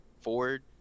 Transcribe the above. ford